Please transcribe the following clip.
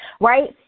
right